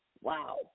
Wow